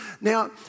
Now